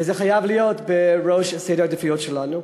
וזה חייב להיות בראש סדר העדיפויות שלנו.